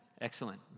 Excellent